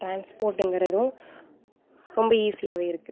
ட்ரான்ஸ்போர்ட்டுங்கிறதும் ரொம்ப ஈஸியாகவே இருக்குது